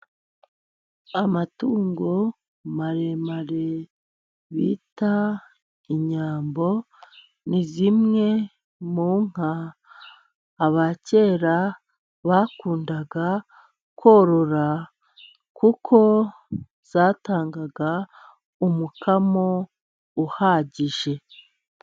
Amatungo maremare bita inyambo ni zimwe mu nka aba kera bakundaga korora kuko zatangaga umukamo uhagije.